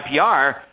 IPR